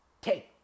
Take